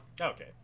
Okay